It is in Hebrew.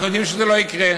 אנחנו יודעים שזה לא יקרה.